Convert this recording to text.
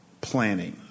planning